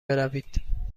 بروید